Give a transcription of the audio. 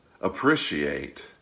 appreciate